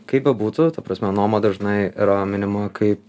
kaip bebūtų ta prasme noma dažnai yra minima kaip